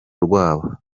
rwabo